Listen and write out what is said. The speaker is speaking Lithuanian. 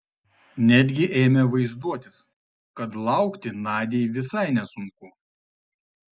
netgi ėmė vaizduotis kad laukti nadiai visai nesunku